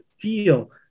feel